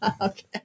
Okay